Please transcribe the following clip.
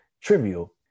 trivial